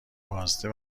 بازده